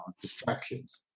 distractions